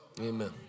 Amen